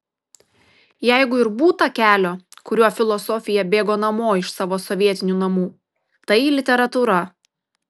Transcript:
jeigu ir būta kelio kuriuo filosofija bėgo namo iš savo sovietinių namų tai literatūra